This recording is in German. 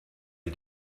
sie